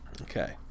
Okay